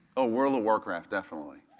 ah world of warcraft definitely.